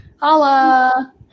Holla